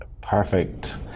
perfect